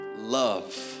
love